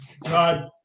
God